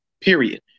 Period